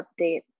update